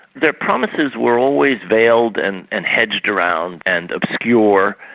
their promises were always veiled and and hedged around and obscure,